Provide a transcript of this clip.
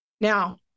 Now